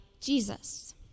Jesus